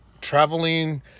traveling